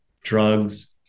drugs